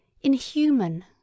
inhuman